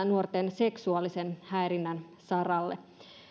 nuorten seksuaalisen häirinnän saralle